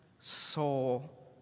soul